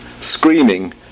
screaming